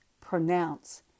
pronounce